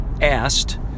asked